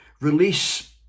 release